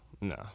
No